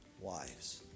wives